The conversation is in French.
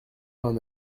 vingt